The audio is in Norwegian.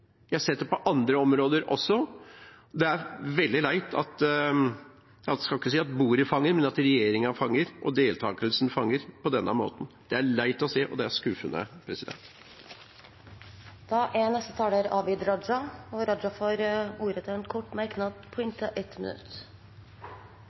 Jeg har sett det på andre områder også, det er veldig leit at – jeg skal ikke si at bordet fanger, men – regjeringen fanger og deltakelsen fanger på denne måten. Det er leit å se, og det er skuffende. Abid Q. Raja har hatt ordet to ganger tidligere og får ordet til en kort merknad,